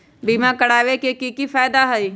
बीमा करबाबे के कि कि फायदा हई?